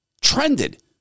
trended